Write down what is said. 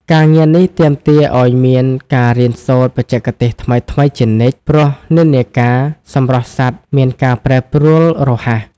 ការងារនេះទាមទារឱ្យមានការរៀនសូត្របច្ចេកទេសថ្មីៗជានិច្ច ព្រោះនិន្នាការសម្រស់សត្វមានការប្រែប្រួលរហ័ស។